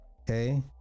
okay